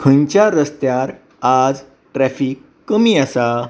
खंयच्या रस्त्यार आज ट्रॅफिक कमी आसा